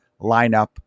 lineup